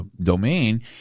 domain